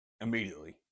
immediately